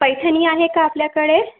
पैठणी आहे का आपल्याकडे